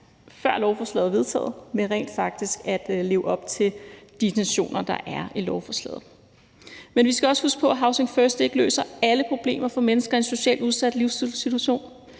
før lovforslaget er vedtaget, med rent faktisk at leve op til de intentioner, der er i lovforslaget. Men vi skal også huske på, at housing first ikke løser alle problemer for mennesker i en socialt udsat livssituation.